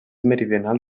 meridional